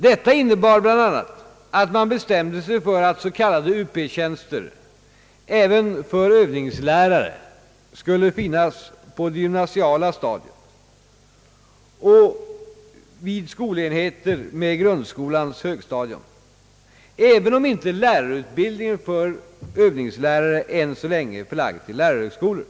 Detta innebar bl.a. att man bestämde sig för att s.k. Up-tjänster även för övningslärare skulle finnas på det gymnasiala stadiet och vid skolenheter med grundskolans högstadium, även om lärarutbildningen för övningslärare än så länge inte är förlagd till lärarhögskolor.